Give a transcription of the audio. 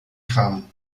kam